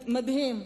מדהים.